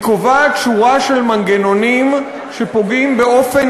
היא קובעת שורה של מנגנונים שפוגעים באופן